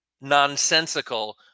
nonsensical